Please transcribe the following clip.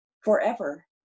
forever